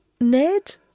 Ned